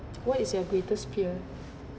what is your greatest fear